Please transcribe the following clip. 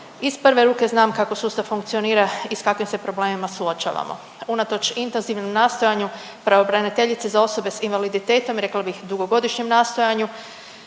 iz prve ruke znam kako sustav funkcionira i s kakvim se problemima suočavamo. Unatoč intenzivnom nastojanju pravobraniteljice za osobe s invaliditetom, rekla bih dugogodišnjem nastojanju